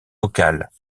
locales